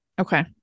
Okay